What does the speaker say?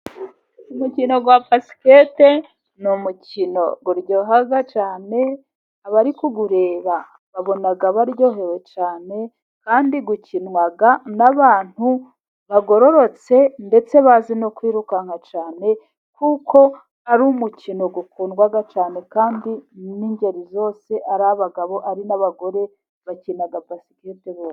Umukino wa basikete ni umukino uryoha cyane, abari kuwureba baba baryohewe cyane, kandi ukinwa n'abantu bagororotse ndetse bazi no kwirukanka cyane, kuko ari umukino ukundwa cyane, kandi n'ingeri zose, ari abagabo ari n'abagore bakina basikete bose.